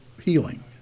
healing